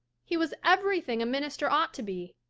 he was everything a minister ought to be.